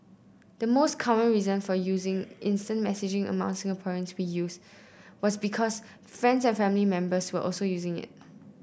the most common reason for using instant messaging among Singaporeans was because friends and family members were also using it